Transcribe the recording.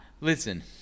Listen